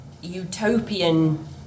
utopian